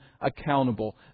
accountable